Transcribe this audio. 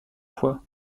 foi